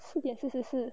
四点四十四